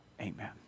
amen